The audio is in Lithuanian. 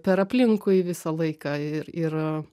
per aplinkui visą laiką ir ir